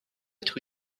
être